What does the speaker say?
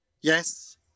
Yes